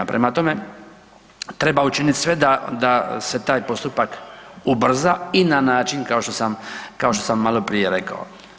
Prema tome, treba učiniti sve da se taj postupak ubrza i na način kao što sam maloprije rekao.